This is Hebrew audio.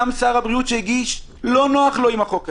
גם שר הבריאות שהגיש, לא נוח לו עם החוק הזה,